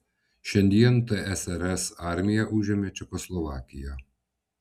šiandien tsrs armija užėmė čekoslovakiją